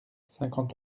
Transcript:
cinquante